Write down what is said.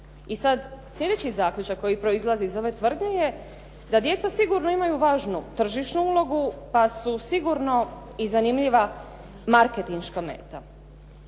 I sad sljedeći zaključak proizlazi iz ove tvrdnje je da djeca sigurno imaju važnu tržišnu ulogu pa su sigurno i zanimljiva marketinška meta.